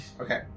Okay